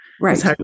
Right